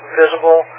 visible